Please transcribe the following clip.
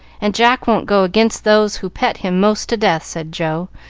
and jack won't go against those who pet him most to death, said joe,